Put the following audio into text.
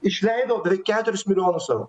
išleido beveik keturis milijonus eurų